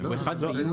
הוא 1 ביוני.